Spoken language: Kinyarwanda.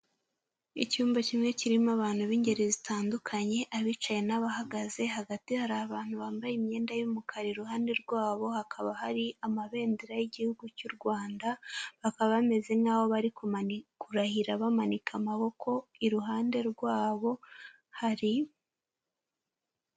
Icyumba kimwe kirimo abantu b'ingeri zitandukanye abicaye n'abahagaze, hagati hari abantu bambaye imyenda y'umukara, iruhande rwabo hakaba hari amabendera y'igihugu cy'u Rwanda, bakaba bameze nkaho bari kurahira bamanika amaboko, iruhande rwabo hari...